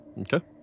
Okay